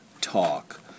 talk